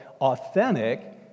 authentic